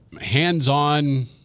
hands-on